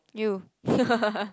you